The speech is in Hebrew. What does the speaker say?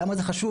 למה זה חשוב,